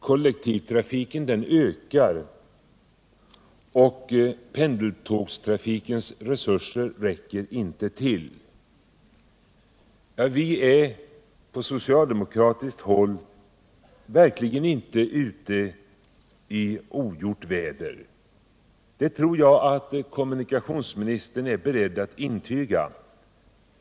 Kollektivtrafiken ökar, och pendeltågstrafikens resurser räcker inte till. Vi socialdemokrater är verkligen inte ute i ogjort väder. Det tror jag att kommunikationsministern är beredd att intyga.